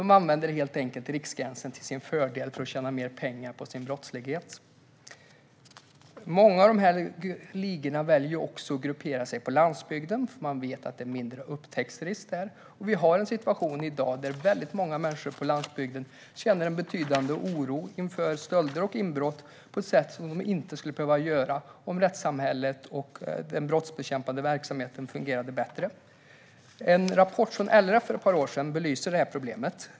De använder helt enkelt riksgränsen till sin fördel för att tjäna mer pengar på sin brottslighet. Många av dessa ligor väljer också att gruppera sig på landsbygden, för de vet att det är mindre upptäcktsrisk där. Vi har en situation i dag där väldigt många människor på landsbygden känner en betydande oro för stölder och inbrott på ett sätt som de inte skulle behöva göra om rättssamhället och den brottsbekämpande verksamheten fungerade bättre. I en rapport från LRF som kom för ett par år sedan belyser man detta problem.